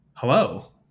Hello